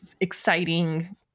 exciting